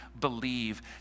believe